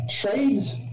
trades